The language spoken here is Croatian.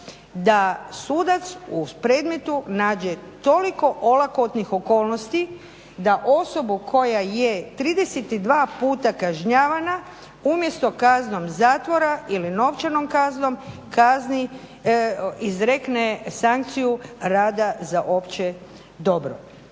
da sudac u predmetu nađe toliko olakotnih okolnosti da osobu koja je 32 puta kažnjavanja umjesto kaznom zatvora ili novčanom kaznom izrekne sankciju rada za opće dobro.